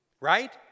right